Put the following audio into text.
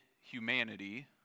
humanity